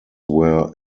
were